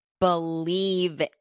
Believe